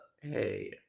Hey